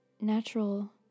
natural